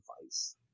device